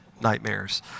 nightmares